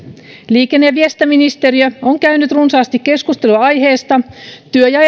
liikenne ja viestintäministeriö on käynyt runsaasti keskusteluja aiheesta työ ja